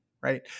right